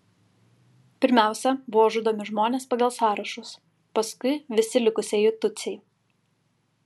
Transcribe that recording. pirmiausia buvo žudomi žmonės pagal sąrašus paskui visi likusieji tutsiai